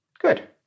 Good